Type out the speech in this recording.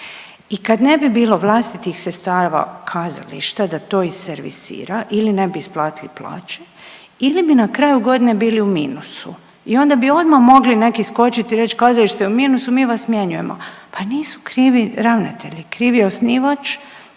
I kad ne bi bilo vlastitih sredstava kazališta da to izservisira ili ne bi isplatiti plaće ili bi na kraju godine bili u minusi i onda bi odmah mogli neki skočiti i reći kazalište je u minusu mi vas smjenjujemo, pa nisu krivi ravnatelji, kriv je osnivač